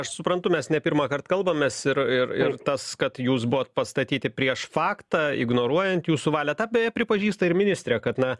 aš suprantu mes ne pirmąkart kalbamės ir ir ir tas kad jūs buvot pastatyti prieš faktą ignoruojant jūsų valią tą beje pripažįsta ir ministrė kad na